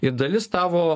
ir dalis tavo